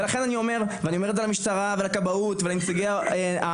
ולכן אני אומר ואני אומר את זה למשטרה ולכבאות ולנציגי הקבוצות,